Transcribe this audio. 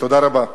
תודה רבה.